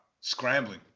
scrambling